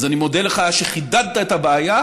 אז אני מודה לך על שחידדת את הבעיה,